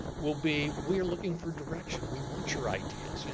will be, we are looking for direction, we want your ideas, you know